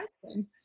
question